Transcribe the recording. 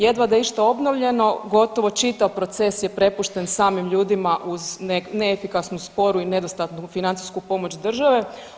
Jedva da je išta obnovljeno, gotovo čitav proces je prepušten samim ljudima uz neefikasno sporu i nedostatnu financijsku pomoć države.